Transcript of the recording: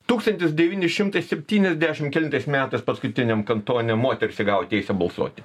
tūkstantis devyni šimtai septyniasdešimt kelintais metais paskutiniam kantone moterys įgavo teisę balsuoti